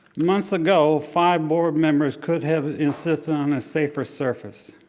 months ago, five board members could have insisted on a safer surface.